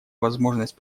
возможность